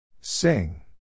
Sing